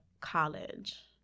college